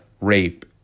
rape